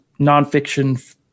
nonfiction